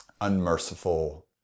unmerciful